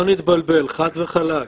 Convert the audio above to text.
שלא נתבלבל, חד וחלק.